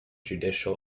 judicial